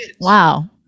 Wow